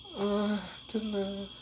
uh 真的